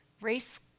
race